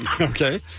Okay